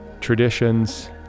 traditions